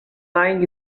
lying